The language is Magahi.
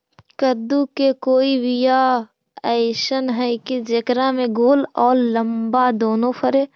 कददु के कोइ बियाह अइसन है कि जेकरा में गोल औ लमबा दोनो फरे?